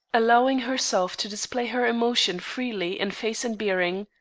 allowing herself to display her emotion freely in face and bearing.